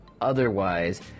Otherwise